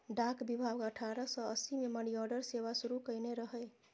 डाक विभाग अठारह सय अस्सी मे मनीऑर्डर सेवा शुरू कयने रहै